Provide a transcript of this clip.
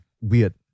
weird